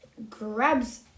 grabs